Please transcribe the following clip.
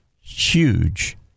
huge